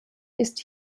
ist